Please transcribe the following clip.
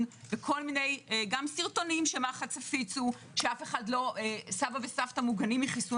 וגם סרטונים שמח"ץ הפיצו שסבא וסבתא מוגנים מחיסון